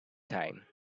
time